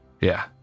Yeah